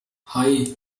hei